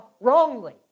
wrongly